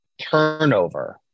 turnover